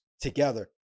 together